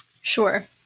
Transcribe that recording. Sure